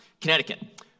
Connecticut